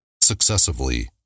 successively